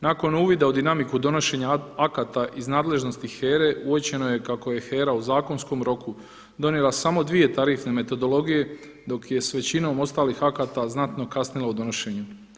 Nakon uvida u dinamiku donošenja akata iz nadležnosti HERA-e, uočeno je kako je HERA u zakonskom roku donijela samo dvije tarifne metodologije dok je sa većinom ostalih akata znatno kasnila u donošenju.